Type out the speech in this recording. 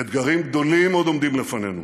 אתגרים גדולים עוד עומדים לפנינו,